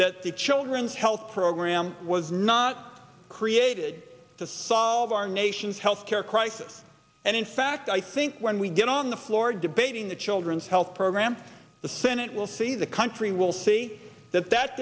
the children's health program was not created to solve our nation's health care crisis and in fact i think when we get on the floor debating the children's health program the senate will see the country will see that that